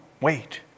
wait